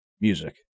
music